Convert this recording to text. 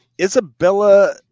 Isabella